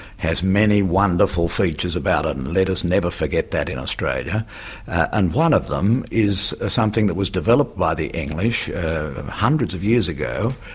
has many wonderful features about it, and let us never forget that in australia and one of them is something that was developed by the english hundreds of years ago,